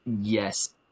yes